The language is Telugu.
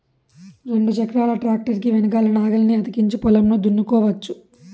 రెండు చక్రాల ట్రాక్టర్ కి వెనకల నాగలిని అతికించి పొలంను దున్నుకోవచ్చు